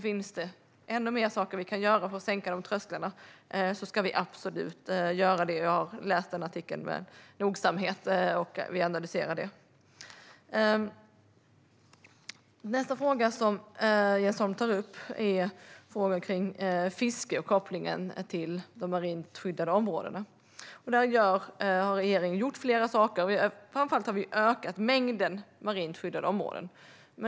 Finns det ännu mer som vi kan göra för att sänka trösklarna ska vi absolut göra det. Jag har läst artikeln med nogsamhet och jag analyserar den. Nästa fråga som Jens Holm tar upp gäller fisket och kopplingen till de marint skyddade områdena. Där har regeringen gjort flera saker. Framför allt har vi ökat mängden marint skyddade områden.